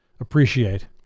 appreciate